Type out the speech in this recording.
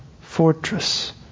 fortress